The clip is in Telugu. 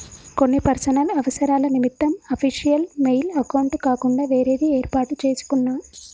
కొన్ని పర్సనల్ అవసరాల నిమిత్తం అఫీషియల్ మెయిల్ అకౌంట్ కాకుండా వేరేది యేర్పాటు చేసుకున్నా